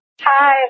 Hi